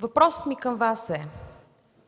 Въпросът ми към Вас е: